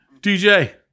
DJ